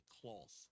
cloth